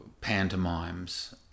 pantomimes